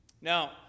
Now